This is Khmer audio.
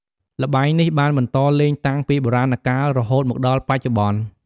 ល្បែងនេះបានបន្តលេងតាំងពីបុរាណកាល រហូតមកដល់បច្ចុប្បន្ន។